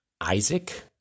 Isaac